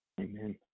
Amen